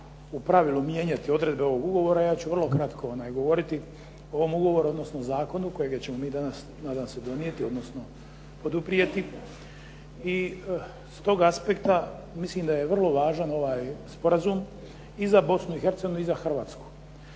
u pravilu mijenjati odredbe ovog ugovora, ja ću vrlo kratko govoriti o ovom ugovoru, odnosno zakonu kojega ćemo mi danas nadam se donijeti, odnosno poduprijeti. I stog aspekta mislim da je vrlo važan ovaj sporazum i za Bosnu i Hercegovinu i za Hrvatsku.